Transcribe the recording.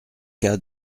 cas